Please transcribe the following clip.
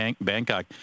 Bangkok